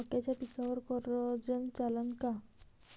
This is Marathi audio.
मक्याच्या पिकावर कोराजेन चालन का?